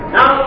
Now